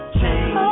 change